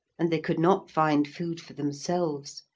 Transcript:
and they could not find food for themselves,